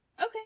Okay